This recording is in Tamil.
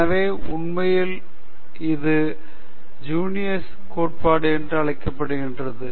எனவே உண்மையில் இது ஜீனியஸ் கோட்பாடு என்று அழைக்கப்படுகின்றது